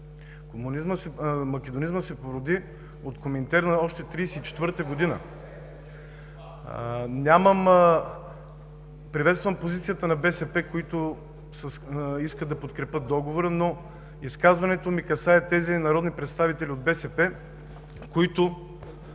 Македонизмът се породи от Коминтерна още в 1934 г. Приветствам позицията на БСП, които искат да подкрепят Договора, но изказването ми касае тези народни представители от БСП, които